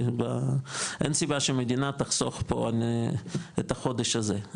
אין סיבה שהמדינה תחסוך פה את החודש הזה,